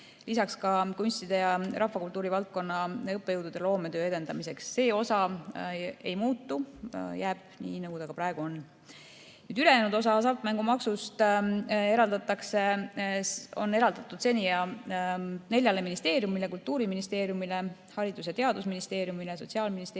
lisaks kunstide ja rahvakultuuri valdkonna õppejõudude loometöö edendamiseks. See osa ei muutu, see jääb nii, nagu ta praegu on. Ülejäänud osa hasartmängumaksust on seni eraldatud neljale ministeeriumile: Kultuuriministeeriumile, Haridus‑ ja Teadusministeeriumile, Sotsiaalministeeriumile